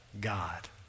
God